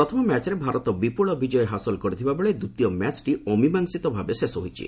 ପ୍ରଥମ ମ୍ୟାଚ୍ରେ ଭାରତ ବିପୁଳ ବିଜୟ ହାସଲ କରିଥିବା ବେଳେ ଦ୍ୱିତୀୟ ମ୍ୟାଚ୍ଟି ଅମୀମାଂସିତ ଭାବେ ଶେଷ ହୋଇଛି